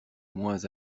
moins